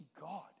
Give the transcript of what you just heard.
God